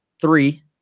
three